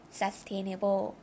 sustainable